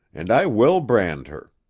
and i will brand her.